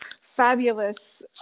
fabulous